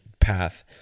path